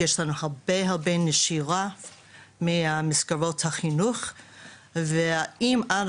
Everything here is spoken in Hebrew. יש לנו הרבה הרבה נשירה ממסגרות החינוך ואם עד